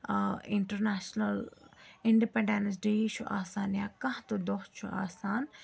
international independence day چھُ آسان یا کانٛہہ تہٕ دۄہ چھُ آسان